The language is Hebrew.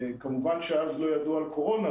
כמובן שאז לא ידעו על קורונה,